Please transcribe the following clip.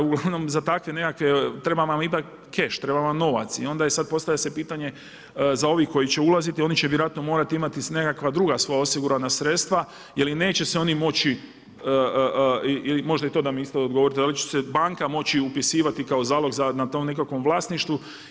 Uglavnom za takve nekakve treba vam ipak cash, treba vam novac i onda je sad, postavlja se pitanje za ove koji će ulaziti oni će vjerojatno morati imati nekakva druga svoja osigurana sredstva jer neće se oni moći, možda i to da mi isto odgovorite, da li će se banka moći upisivati kao zalog za na tom nekakvom vlasništvu.